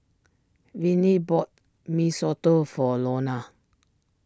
Vinnie bought Mee Soto for Lona